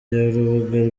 y’urubuga